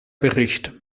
bericht